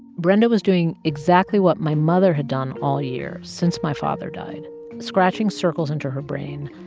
brenda was doing exactly what my mother had done all year since my father died scratching circles into her brain,